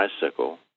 bicycle